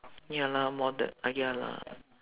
ya lor moder~ ah ya lah